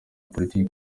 politiki